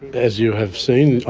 as you have seen,